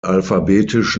alphabetisch